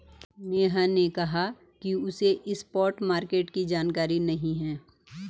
नेहा ने कहा कि उसे स्पॉट मार्केट की जानकारी नहीं है